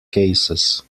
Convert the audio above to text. cases